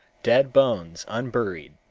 dead bones unburied,